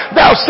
Thou